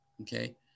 Okay